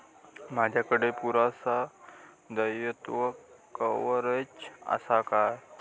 माजाकडे पुरासा दाईत्वा कव्हारेज असा काय?